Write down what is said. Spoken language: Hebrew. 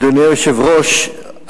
אדוני היושב-ראש,